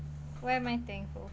what am I thankful for